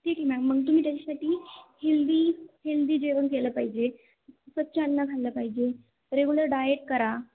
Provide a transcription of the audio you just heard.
ठीक आहे मॅम मग तुम्ही त्याच्यासाठी हेल्दी हेल्दी जेवण केलं पाहिजे स्वच्छ अन्न खाल्लं पाहिजे रेगुलर डायट करा